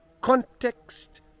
context